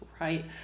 right